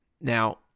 Now